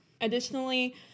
Additionally